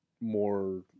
more